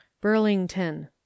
burlington